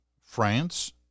France